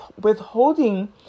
withholding